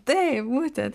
taip būtent